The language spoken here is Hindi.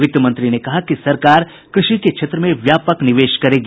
वित्तमंत्री ने कहा कि सरकार कृषि के क्षेत्र में व्यापक निवेश करेगी